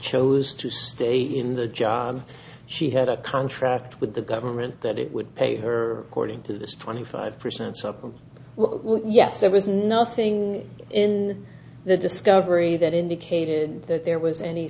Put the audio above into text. chose to stay in the job she had a contract with the government that it would pay her according to this twenty five percent shop and yes there was nothing in the discovery that indicated that there was any